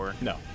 No